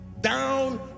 Down